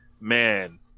man